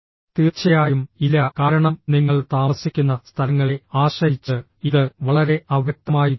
തീർച്ചയായും ഇല്ല കാരണം നിങ്ങൾ താമസിക്കുന്ന സ്ഥലങ്ങളെ ആശ്രയിച്ച് ഇത് വളരെ അവ്യക്തമായിത്തീരുന്നു